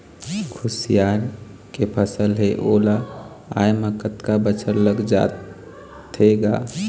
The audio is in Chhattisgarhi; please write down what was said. खुसियार के फसल हे ओ ला आय म कतका बछर लग जाथे गा?